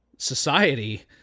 society